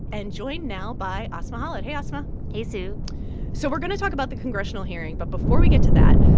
and joined now by asma khalid. hey, asma hey, sue so we're going to talk about the congressional hearing. but before we get to that,